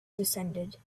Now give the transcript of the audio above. descended